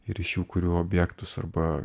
ir iš jų kuriu objektus arba